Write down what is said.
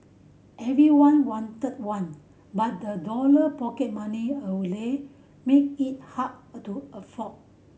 everyone wanted one but a dollar pocket money a made it hard a to afford